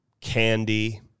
Candy